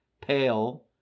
pale